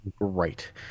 Great